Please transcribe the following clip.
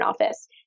office